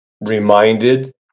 reminded